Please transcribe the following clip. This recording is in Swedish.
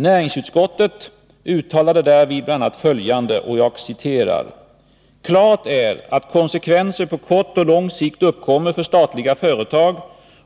Näringsutskottet uttalade därvid bl.a. följande: ”Klart är att konsekvenser på kort och lång sikt uppkommer för statliga företag